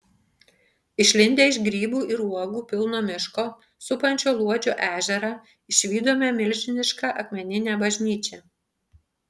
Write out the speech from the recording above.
išlindę iš grybų ir uogų pilno miško supančio luodžio ežerą išvydome milžinišką akmeninę bažnyčią